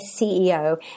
CEO